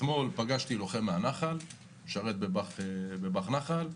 אתמול פגשתי לוחם מהנח"ל, משרת בבא"ח נח"ל,